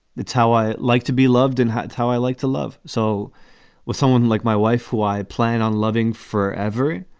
that's how i like to be loved and that's how i like to love. so with someone like my wife, who i plan on loving for every,